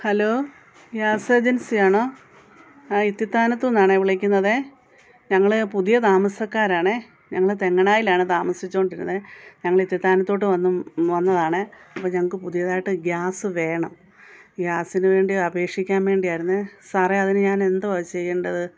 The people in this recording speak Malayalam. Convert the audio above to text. ഹലോ ഗ്യാസ് ഏജൻസിയാണോ ആ ഇട്ടിത്താനത്തുന്നാണെ വിളിക്കുന്നതേ ഞങ്ങൾ പുതിയ താമസക്കാരാണെ ഞങ്ങൾ തെന്നണായിലാണ് താമസിച്ചു കൊണ്ടിരുന്നത് ഞങ്ങൾ ഇട്ടിതാനത്തോട്ടു വന്ന് വന്നതാണെ അപ്പം ഞങ്ങൾക്ക് പുതിയതായിട്ട് ഗ്യാസ് വേണം ഗ്യാസിനു വേണ്ടി അപേക്ഷിക്കാൻ വേണ്ടിയായിരുന്നത് സാറെ അതിനു ഞാനെന്തുവാ ചെയ്യേണ്ടത്